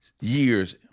years